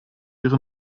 ihre